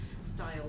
style